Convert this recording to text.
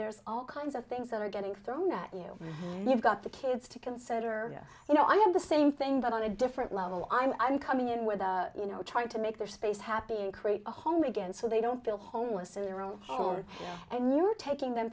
there's all kinds of things that are getting thrown at you you've got the kids to consider you know i have the same thing but on a different level i'm i'm coming in with you know trying to make their space happy and create a home again so they don't feel homeless in their own home and you're taking them